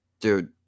Dude